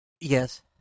Yes